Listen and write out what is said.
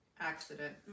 accident